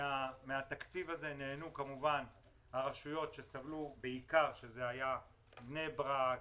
מן התקציב הזה נהנו כמובן רשויות שסבלו בעיקר: בני ברק,